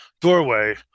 doorway